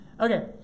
Okay